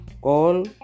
Call